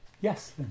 yes